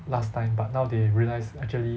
last time but now they realize actually